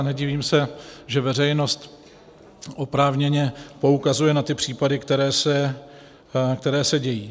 Nedivím se, že veřejnost oprávněné poukazuje na případy, které se dějí.